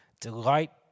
Delight